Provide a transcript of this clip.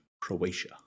Croatia